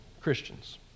Christians